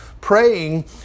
Praying